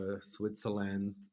Switzerland